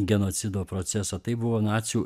genocido procesą tai buvo nacių